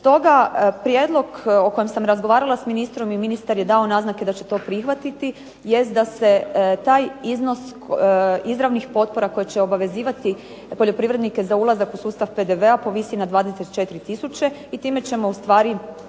Stoga prijedlog o kojem sam razgovarala sa ministrom i ministar je dao naznake da će to prihvatiti jest da se taj iznos izravnih potpora koje će obavezivati poljoprivrednike za ulaz u sustav PDV-a povisi na 24 tisuće i time ćemo ustvari osigurati